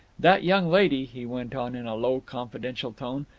that young lady, he went on in a low, confidential tone,